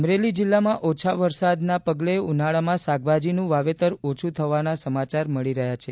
અમરેલી જિલ્લામાં ઓછા વરસાદના પગલે ઉનાળામાં શાકભાજીનું વાવેતર ઓછું થયાના સમાચાર મળી રહ્યા છે